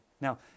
Now